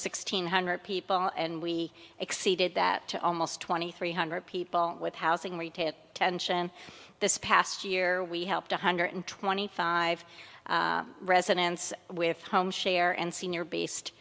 sixteen hundred people and we exceeded that to almost twenty three hundred people with housing retail attention this past year we helped one hundred twenty five residents with home share and senior based